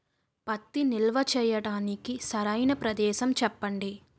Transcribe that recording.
పత్తి నిల్వ చేయటానికి సరైన ప్రదేశం చెప్పండి?